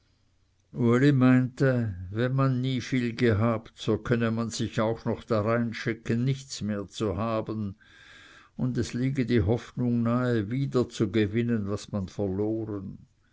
wenn man nie viel gehabt so könne man sich noch drein schicken nichts mehr zu haben und es liege die hoffnung nahe wieder zu gewinnen was man verloren